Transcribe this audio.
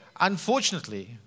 Unfortunately